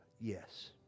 yes